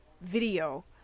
video